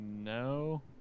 No